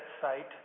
site